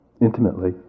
intimately